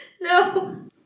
No